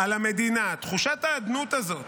על המדינה, תחושת האדנות הזאת,